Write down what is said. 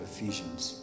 Ephesians